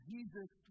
Jesus